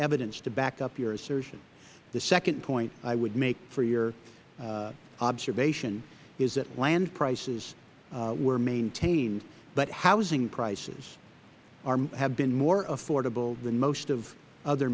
evidence to back up your assertion the second point i would make for your observation is that land prices were maintained but housing prices have been more affordable than most other